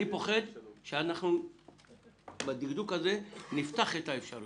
אני פוחד שבדקדוק הזה אנחנו נפתח את האפשרויות.